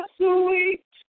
sweet